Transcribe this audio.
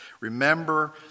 remember